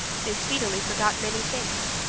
they speedily forgot many things.